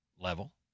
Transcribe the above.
level